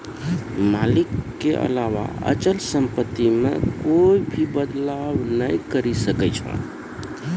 मालिक के अलावा अचल सम्पत्ति मे कोए भी बदलाव नै करी सकै छै